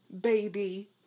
Baby